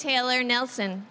taylor nelson